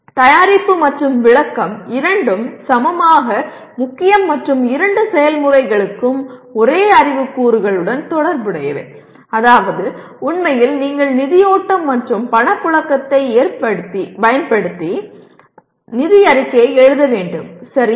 தயாரிப்பு மற்றும் விளக்கம் இரண்டும் சமமாக முக்கியம் மற்றும் இரண்டு செயல்முறைகளும் ஒரே அறிவு கூறுகளுடன் தொடர்புடையவை அதாவது உண்மையில் நீங்கள் நிதி ஓட்டம் மற்றும் பணப்புழக்கத்தைப் பயன்படுத்தி நிதி அறிக்கையை எழுத வேண்டும் சரியா